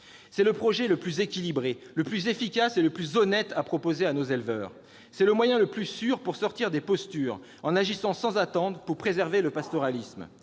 C'est le projet le plus équilibré, le plus efficace et le plus honnête à proposer à nos éleveurs. C'est le moyen le plus sûr pour sortir des postures en agissant sans attendre pour préserver le pastoralisme.